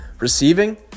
receiving